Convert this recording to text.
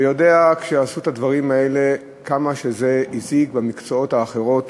ואני יודע כשעשו את הדברים האלה וכמה זה הזיק לגבי המקצועות האחרים.